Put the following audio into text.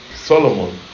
Solomon